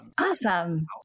Awesome